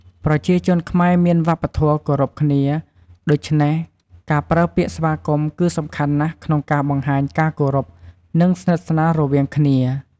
ប្រជាជនខ្មែរមានវប្បធម៌គោរពគ្នា ដូច្នេះ ការប្រើពាក្យស្វាគមន៍គឺសំខាន់ណាស់ក្នុងការបង្ហាញការគោរព និងស្និទ្ធស្នាលរវាងគ្នា។